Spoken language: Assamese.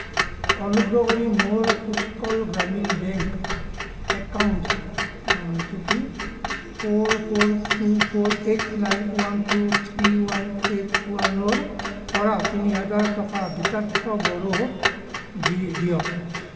অনুগ্ৰহ কৰি মোৰ উৎকল গ্ৰামীণ বেংক একাউণ্ট এইটো কি four four two four eight nine one two three one eight ওৱানৰ পৰা তিনি হাজাৰ টকা গীতাৰ্থ বড়োক দি দিয়ক